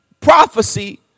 prophecy